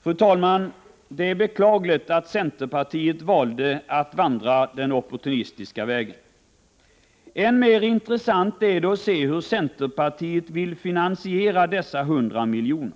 Fru talman! Det är beklagligt att centerpartiet valde att vandra den opportunistiska vägen. Än mer intressant är det att se hur centerpartiet vill finansiera detta tillskott på 100 milj.kr.